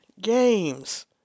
games